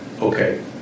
okay